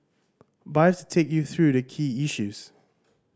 but take you through the key issues